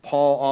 Paul